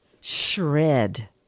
shred